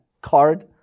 card